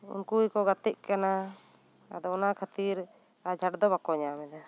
ᱩᱱᱠᱩ ᱜᱮᱠᱚ ᱜᱟᱛᱮᱜ ᱠᱟᱱᱟ ᱟᱫᱚ ᱚᱱᱟ ᱠᱷᱟᱹᱛᱤᱨ ᱟᱡᱷᱟᱸᱴ ᱫᱚ ᱵᱟᱠᱚ ᱧᱟᱢ ᱮᱫᱟ